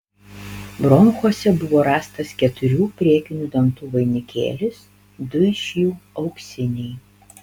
bronchuose buvo rastas keturių priekinių dantų vainikėlis du iš jų auksiniai